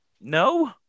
no